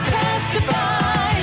testify